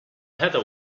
heather